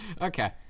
Okay